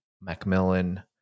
macmillan